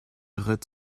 rit